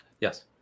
Yes